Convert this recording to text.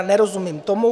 Nerozumím tomu.